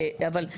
הרי,